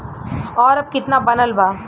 और अब कितना बनल बा?